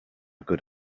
good